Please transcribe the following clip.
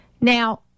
Now